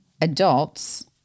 adults